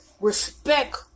Respect